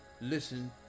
listen